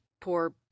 poor